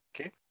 Okay